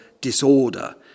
disorder